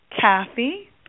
Kathy